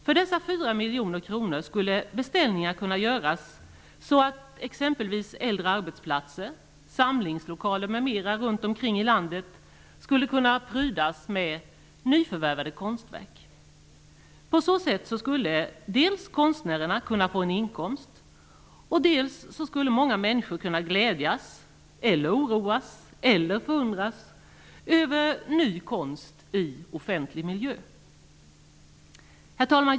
För dessa 4 miljoner kronor skulle beställningar kunna göras så att äldre arbetsplatser, samlingslokaler m.m. runt omkring i landet skulle kunna prydas med nyförvärvade konstverk. På så sätt skulle dels konstnärerna få en inkomst, dels många människor kunna glädjas -- eller oroas eller förundras -- över ny konst i offentlig miljö. Herr talman!